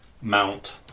mount